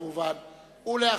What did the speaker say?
כץ, בבקשה.